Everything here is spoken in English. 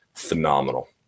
Phenomenal